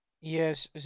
Yes